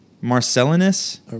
Marcellinus